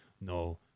No